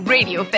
Radio